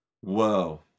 whoa